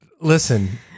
Listen